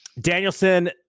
Danielson